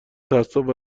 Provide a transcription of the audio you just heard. تعصب